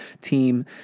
team